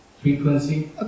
frequency